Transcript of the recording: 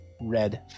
red